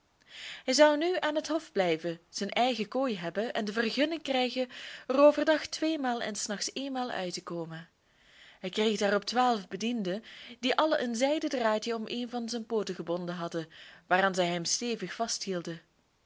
hij zou nu aan het hof blijven zijn eigen kooi hebben en de vergunning krijgen er overdag tweemaal en s nachts eenmaal uit te komen hij kreeg daarop twaalf bedienden die allen een zijden draadje om een van zijn pooten gebonden hadden waaraan zij hem stevig